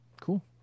Cool